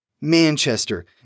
Manchester